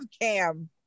cam